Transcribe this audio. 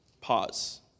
Pause